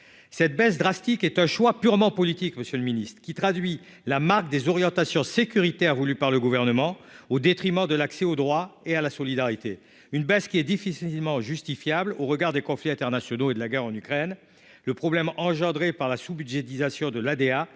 cette baisse drastique est un choix purement politique, Monsieur le Ministre, qui traduit la marque des orientations sécuritaires voulue par le gouvernement, au détriment de l'accès au droit et à la solidarité, une baisse qui est difficilement justifiable au regard des conflits internationaux et de la guerre en Ukraine le problème engendré par la sous-budgétisation de l'ADA